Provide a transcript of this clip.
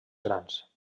grans